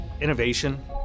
Innovation